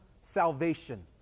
salvation